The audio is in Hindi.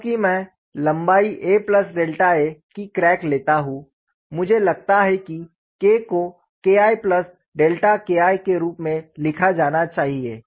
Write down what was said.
क्योंकि मैं लंबाई a plus delta a aa की क्रैक लेता हूं मुझे लगता है कि K को KIKI के रूप में लिखा जाना चाहिए